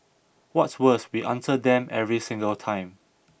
what's worse we answer them every single time